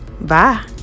Bye